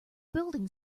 building